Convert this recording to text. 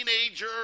teenager